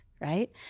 right